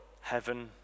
heaven